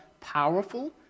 powerful